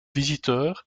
visiteur